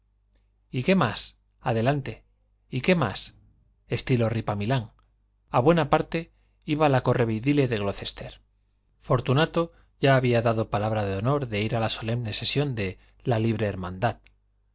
y qué más adelante y qué más estilo ripamilán a buena parte iba la correveidile de glocester fortunato ya había dado palabra de honor de ir a la solemne sesión de la libre hermandad